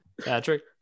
Patrick